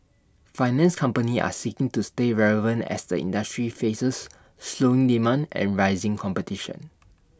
finance companies are seeking to stay relevant as the industry faces slowing demand and rising competition